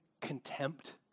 contempt